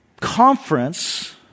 conference